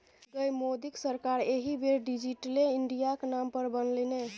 गै मोदीक सरकार एहि बेर डिजिटले इंडियाक नाम पर बनलै ने